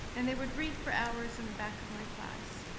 and they would read for hours in the back of my class.